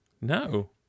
No